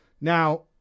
Now